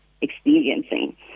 experiencing